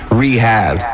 rehab